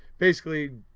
basically